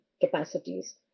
capacities